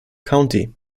county